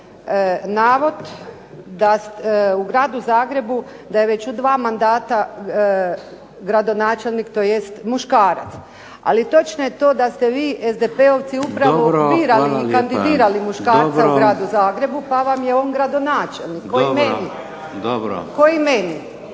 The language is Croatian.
navod, da u Gradu Zagrebu, da je već u dva mandata gradonačelnik tj. muškarac, ali točno je to da ste vi SDP-ovci upravo birali i kandidirali muškarca u Gradu Zagrebu, pa vam je on gradonačelnik kao i meni. **Šeks,